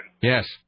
Yes